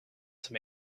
some